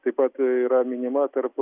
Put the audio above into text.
taip pat yra minima tarp